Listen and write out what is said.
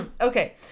Okay